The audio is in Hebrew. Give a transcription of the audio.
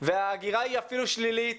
וההגירה היא אפילו שלילית.